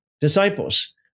disciples